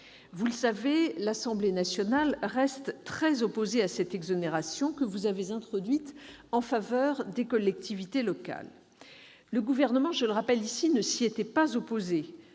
Vous le savez, l'Assemblée nationale reste très opposée à cette exonération que vous avez introduite en faveur des collectivités territoriales. Le Gouvernement ne s'y était pas opposé,